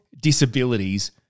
disabilities